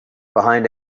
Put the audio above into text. behind